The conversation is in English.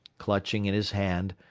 clutching in his hand,